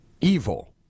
Evil